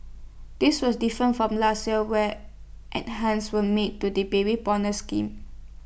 this was different from last year where enhancements were made to the Baby Bonus scheme